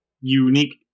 unique